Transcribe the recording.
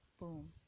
Boom